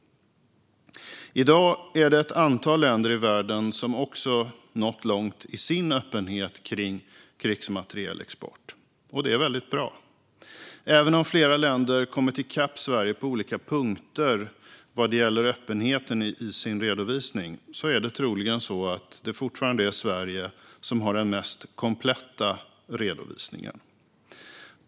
I dag är det ett antal länder i världen som också nått långt i sin öppenhet kring krigsmaterielexport, och det är väldigt bra. Även om flera länder kommit i kapp Sverige på olika punkter vad gäller öppenheten i sin redovisning är det troligen fortfarande Sverige som har den mest kompletta redovisningen.